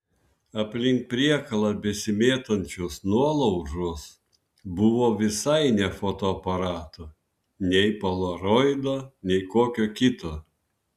aplink priekalą besimėtančios nuolaužos buvo visai ne fotoaparato nei polaroido nei kokio kito